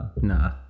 Nah